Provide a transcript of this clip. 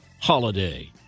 holiday